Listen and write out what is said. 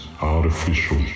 Artificial